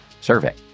survey